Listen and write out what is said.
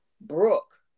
Brooke